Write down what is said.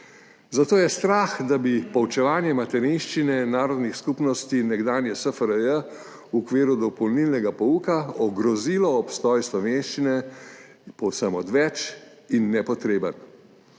Zato je strah, da bi poučevanje materinščine narodnih skupnosti nekdanje SFRJ v okviru dopolnilnega pouka ogrozilo obstoj slovenščine, povsem odveč in nepotreben.